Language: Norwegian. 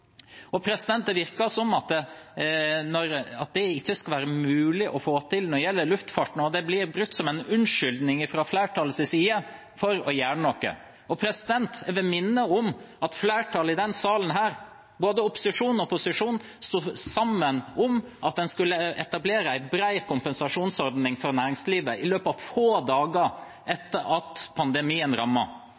Det virker som om det ikke skal være mulig å få til det når det gjelder luftfarten, og det blir brukt som en unnskyldning fra flertallets side for ikke å gjøre noe. Jeg vil minne om at flertallet i denne salen, både opposisjonen og posisjonen, sto sammen om at en skulle etablere en bred kompensasjonsordning for næringslivet, i løpet av få dager etter at pandemien